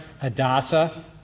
Hadassah